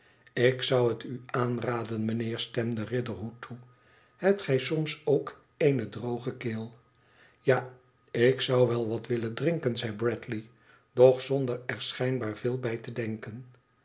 ik zou het u aanraden meneer stemde riderhood toe hebt gij soms ook eene droge keel i ija ik zou wel wat willen drmken zei bradley toch zonder er schijnbaar veel bij te denken